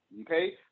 okay